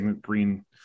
green